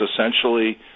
essentially